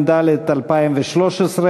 התשע"ד 2013,